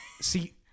See